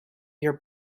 your